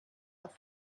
auf